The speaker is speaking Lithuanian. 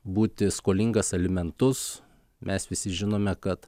būti skolingas alimentus mes visi žinome kad